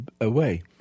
away